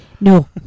No